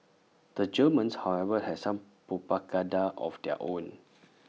the Germans however had some propaganda of their own